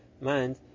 mind